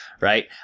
Right